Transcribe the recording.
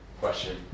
question